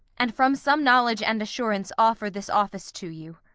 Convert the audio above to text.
and from some knowledge and assurance offer this office to you.